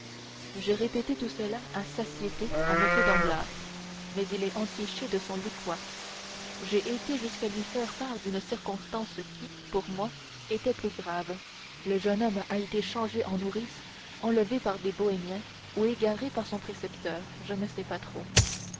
j'ai répété tout cela à satiété à m danglars mais il est entiché de son lucquois j'ai été jusqu'à lui faire part d'une circonstance qui pour moi était plus grave le jeune homme a été changé en nourrice enlevé par des bohémiens ou égaré par son précepteur je ne sais pas trop